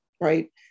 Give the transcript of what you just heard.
right